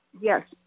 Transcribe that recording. Yes